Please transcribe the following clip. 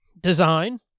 design